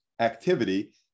activity